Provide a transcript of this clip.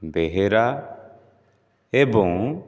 ବେହେରା ଏବଂ